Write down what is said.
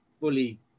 fully